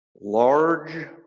large